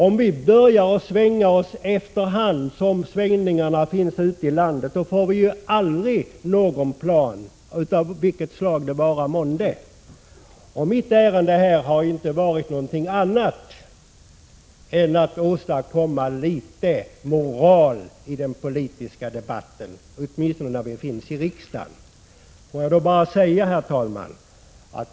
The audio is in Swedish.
Om vi börjar svänga oss efter hand som svängningarna sker ute i landet, då får vi aldrig någon plan av vilket slag det vara månde. Mitt ärende här har inte varit något annat än att införa litet moral i den politiska debatten, åtminstone när vi befinner oss i riksdagen. Herr talman!